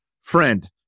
Friend